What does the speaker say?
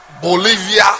Bolivia